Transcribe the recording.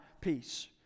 peace